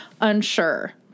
Unsure